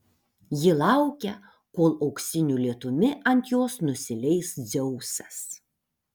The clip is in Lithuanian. ji laukia kol auksiniu lietumi ant jos nusileis dzeusas